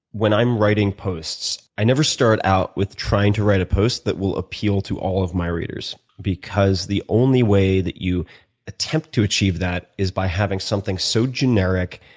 when i am writing posts i never start out with trying to write a post that will appeal to all of my readers because the only that you attempt to achieve that is by having something so generic,